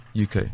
UK